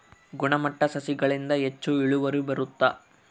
ಗುಣಮಟ್ಟ ಸಸಿಗಳಿಂದ ಹೆಚ್ಚು ಇಳುವರಿ ಬರುತ್ತಾ?